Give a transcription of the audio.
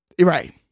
Right